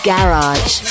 Garage